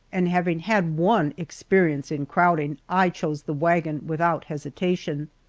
and having had one experience in crowding, i chose the wagon without hesitation.